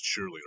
cheerleader